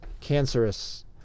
cancerous